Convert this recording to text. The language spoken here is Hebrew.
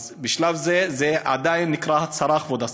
אז בשלב זה, זה עדיין נקרא הצהרה, כבוד השר,